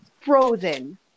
frozen